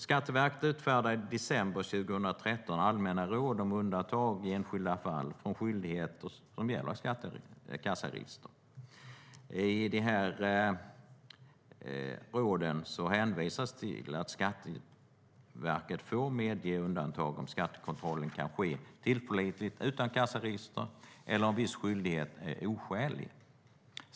Skatteverket utfärdade i december 2013 allmänna råd om undantag i enskilda fall från skyldighet som gäller kassaregister. I de råden hänvisas till att Skatteverket får medge undantag om skattekontrollen kan ske tillförlitligt utan kassaregister eller om viss skyldighet är oskälig.